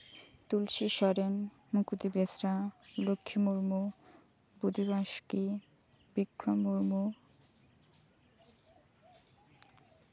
Tulsi Soren Mukud Besra Lakkhi Murmu Budi Baski Bikram Murmu